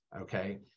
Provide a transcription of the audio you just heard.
okay